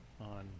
on